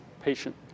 patient